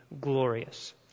glorious